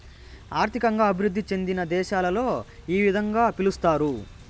ఆర్థికంగా అభివృద్ధి చెందిన దేశాలలో ఈ విధంగా పిలుస్తారు